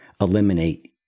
eliminate